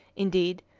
indeed,